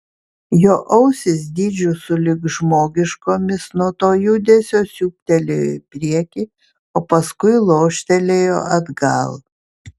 jo ausys dydžiu sulig žmogiškomis nuo to judesio siūbtelėjo į priekį o paskui loštelėjo atgal